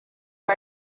who